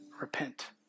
repent